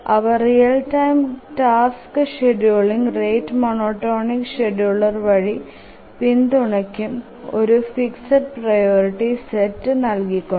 അവ real time tasks scheduling rate monotonic scheduler വഴി പിന്തുണക്കും ഒരു ഫിക്സ്ഡ് പ്രിയോറിറ്റി സെറ്റ് നൽകികൊണ്ട്